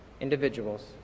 individuals